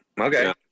Okay